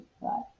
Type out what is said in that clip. right